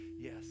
Yes